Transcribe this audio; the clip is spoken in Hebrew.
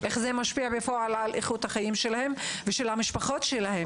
איך זה משפיע בפועל על איכות החיים שלהם ושל המשפחות שלהם?